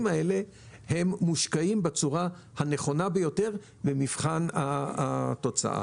האלה מושקעים בצורה הנכונה ביותר במבחן התוצאה.